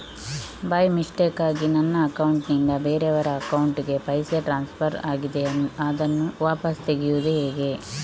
By ಮಿಸ್ಟೇಕಾಗಿ ನನ್ನ account ನಿಂದ ಬೇರೆಯವರ ಅಕೌಂಟ್ ಗೆ ಪೈಸೆ ಟ್ರಾನ್ಸ್ಫರ್ ಆಗಿದೆ ಅದನ್ನು ವಾಪಸ್ ತೆಗೆಯೂದು ಹೇಗೆ?